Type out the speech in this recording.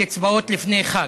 הקצבאות, לפני חג.